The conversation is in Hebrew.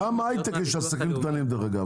גם בהייטק יש עסקים קטנים, דרך אגב.